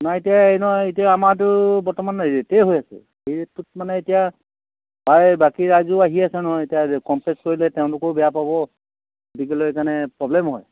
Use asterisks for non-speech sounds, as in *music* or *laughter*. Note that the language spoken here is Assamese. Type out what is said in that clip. নাই এতিয়া এই নহয় এতিয়া আমাৰটো বৰ্তমান ৰেটেই হৈ আছে সেই ৰেটটোত মানে এতিয়া প্ৰায় বাকী ৰাইজো আহি আছে নহয় এতিয়া *unintelligible* কৰিলে তেওঁলোকেও বেয়া পাব গতিকেলৈ এইকাৰণে প্ৰব্লেম হয়